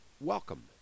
Welcome